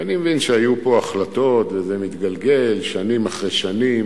ואני מבין שהיו פה החלטות וזה מתגלגל שנים אחרי שנים,